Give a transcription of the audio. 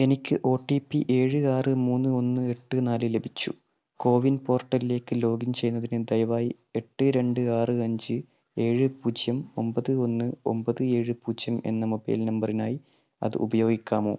എനിക്ക് O T P ഏഴ് ആറ് മൂന്ന് ഒന്ന് എട്ട് നാല് ലഭിച്ചു കോവിൻ പോർട്ടലിലേക്ക് ലോഗിൻ ചെയ്യുന്നതിന് ദയവായി എട്ട് രണ്ട് ആറ് അഞ്ച് ഏഴ് പൂജ്യം ഒമ്പത് ഒന്ന് ഒമ്പത് ഏഴ് പൂജ്യം എന്ന മൊബൈൽ നമ്പറിനായി അത് ഉപയോഗിക്കാമോ